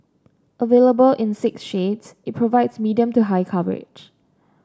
available in six shades it provides medium to high coverage